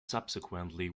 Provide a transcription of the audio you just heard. subsequently